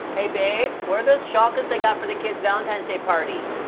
hey babe, where are those chocolates i got for the kids' valentine's day party?